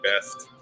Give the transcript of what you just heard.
best